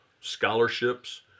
scholarships